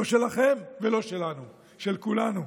לא שלכם ולא שלנו, של כולנו.